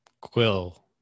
quill